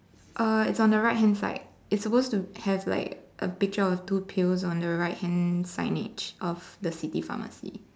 uh it's on the right hand side it's supposed to have like a picture of two pails on the right hand signage of the city pharmacy